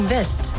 West